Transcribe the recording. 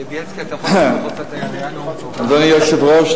אדוני היושב-ראש,